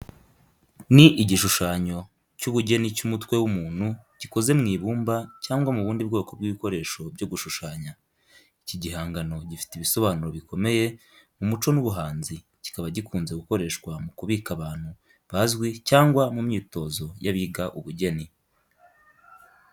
Ni igishushanyo cy'ubugeni cy'umutwe w'umuntu gikoze mu ibumba cyangwa mu bundi bwoko bw'ibikoresho byo gushushanya. Iki gihangano gifite ibisobanuro bikomeye mu muco n’ubuhanzi kikaba gikunze gukoreshwa mu kwibuka abantu bazwi cyangwa mu myitozo y’abiga ubugeni.